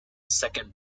second